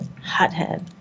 hothead